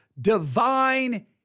divine